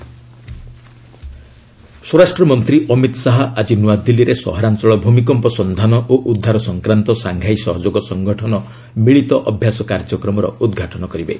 SCO Amit Shah ସ୍ୱରାଷ୍ଟ୍ରମନ୍ତ୍ରୀ ଅମିତ୍ ଶାହା ଆଜି ନୂଆଦିଲ୍ଲୀରେ ସହରାଞ୍ଚଳ ଭୂମିକମ୍ପ ସନ୍ଧାନ ଓ ଉଦ୍ଧାର ସଂକ୍ରାନ୍ତ ସାଙ୍ଘାଇ ସହଯୋଗ ସଙ୍ଗଠନ ମିଳିତ ଅଭ୍ୟାସ କାର୍ଯ୍ୟକ୍ରମର ଉଦ୍ଘାଟନ କରିବେ